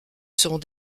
seront